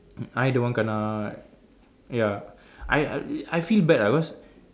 I the one kena ya I I feel bad ah because